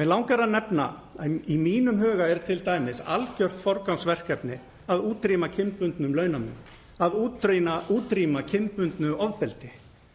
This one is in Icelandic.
Mig langar að nefna að í mínum huga er t.d. algjört forgangsverkefni að útrýma kynbundnum launamun og að útrýma kynbundnu ofbeldi.